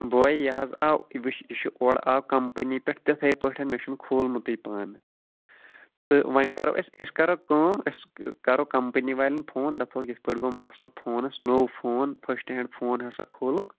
بۄیہِ یہِ حظ آو وُچھ یہِ چھِ اوٚرٕ آو کَمپٔنی پٮ۪ٹھ تِتھٕے پٲٹھۍ مےٚ چھُنہٕ کھوٗلمُتُے پانہٕ تہٕ وۅنۍ کَرَو أسۍ أسۍ کَرَو کٲم أسۍ کَرَو کَمپٔنی والٮ۪ن فون دَپہوکھ یِتھٕ پٲٹھۍ گوٚو مسلہٕ فونَس نوٚو فون فٔسٹہٕ ہینٛڈ فون ہسا کھوٗلُکھ